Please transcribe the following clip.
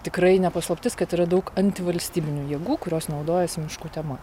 tikrai ne paslaptis kad yra daug antivalstybinių jėgų kurios naudojasi miškų tema